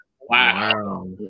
Wow